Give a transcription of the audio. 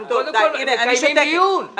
אנחנו קודם כול מקיימים דיון.